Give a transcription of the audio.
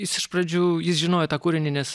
jis iš pradžių jis žinojo tą kūrinį nes